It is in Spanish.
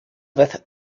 vez